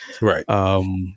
Right